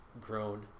grown